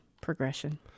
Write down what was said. progression